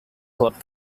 club